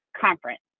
conference